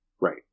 Right